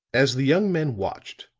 as the young men watched,